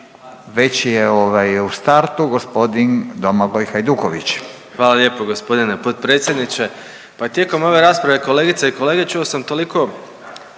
**Hajduković, Domagoj (Nezavisni)** Hvala lijepo gospodine potpredsjedniče. Pa tijekom ove rasprave kolegice i kolege čuo sam toliko,